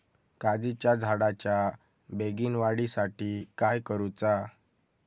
काजीच्या झाडाच्या बेगीन वाढी साठी काय करूचा?